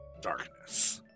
darkness